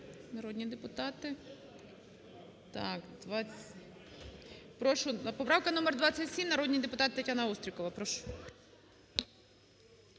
народні депутати. Прошу, поправка номер 27. Народний депутат Тетяна Острікова. Прошу.